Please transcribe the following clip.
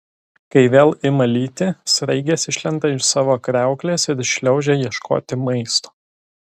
kai vėl ima lyti sraigės išlenda iš savo kriauklės ir šliaužia ieškoti maisto